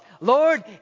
Lord